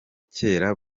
kera